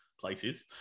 places